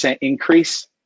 increase